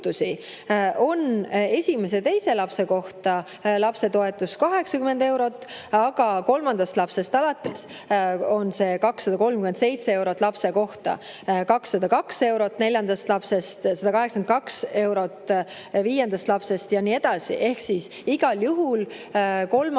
on esimese ja teise lapse kohta lapsetoetus 80 eurot, aga kolmandast lapsest alates on see 237 eurot lapse kohta, 202 eurot alates neljandast lapsest, 182 eurot viiendast lapsest ja nii edasi. Ehk siis [saab] igal juhul